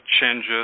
changes